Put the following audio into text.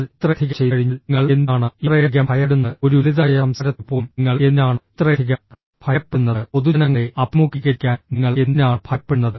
എന്നാൽ ഇത്രയധികം ചെയ്തുകഴിഞ്ഞാൽ നിങ്ങൾ എന്തിനാണ് ഇത്രയധികം ഭയപ്പെടുന്നത് ഒരു ലളിതമായ സംസാരത്തിന് പോലും നിങ്ങൾ എന്തിനാണ് ഇത്രയധികം ഭയപ്പെടുന്നത് പൊതുജനങ്ങളെ അഭിമുഖീകരിക്കാൻ നിങ്ങൾ എന്തിനാണ് ഭയപ്പെടുന്നത്